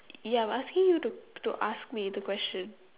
ya I'm asking you to to ask me the question